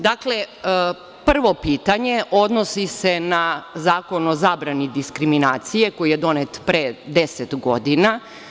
Dakle, prvo pitanje odnosi se na Zakon o zabrani diskriminacije, koji je donet pre deset godina.